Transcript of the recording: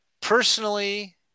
personally